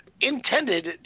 intended